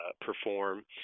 perform